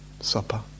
supper